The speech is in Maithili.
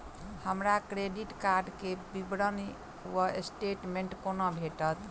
हमरा क्रेडिट कार्ड केँ विवरण वा स्टेटमेंट कोना भेटत?